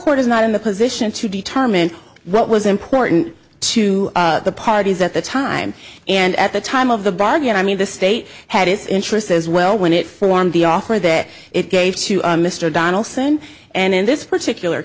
court is not in a position to determine what was important to the parties at the time and at the time of the bargain i mean the state had its interest as well when it formed the offer that it gave to mr donaldson and in this particular